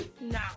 No